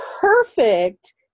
perfect